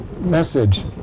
message